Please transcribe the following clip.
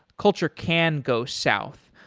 culture can go south.